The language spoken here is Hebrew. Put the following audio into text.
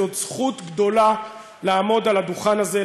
זאת זכות גדולה לעמוד על הדוכן הזה,